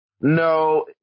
No